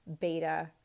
beta